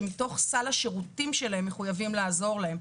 שמתוקף סל השירותים שלהם הם מחויבים לקבל עזרה.